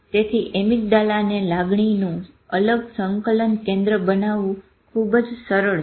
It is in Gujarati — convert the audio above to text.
તેથી એમીગડાલાને લાગણીનું અલગ સંકલન કેન્દ્ર બનાવવું ખુબ જ સરળ છે